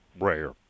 rare